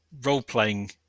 role-playing